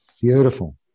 Beautiful